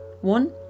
one